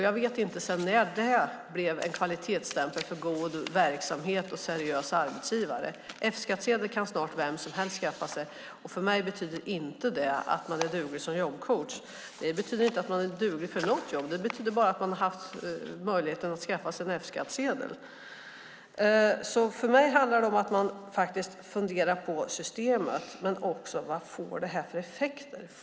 Jag vet inte sedan när det är en kvalitetsstämpel för god verksamhet och seriösa arbetsgivare. F-skattsedel kan snart vem som helst skaffa sig. För mig betyder det inte att man därmed är duglig som jobbcoach. Det betyder inte att man är duglig för något jobb. Det betyder bara att man har haft möjlighet att skaffa sig F-skattsedel. För mig handlar det om att fundera på systemet och vad detta får för effekter.